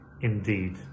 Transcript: indeed